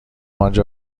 آنجا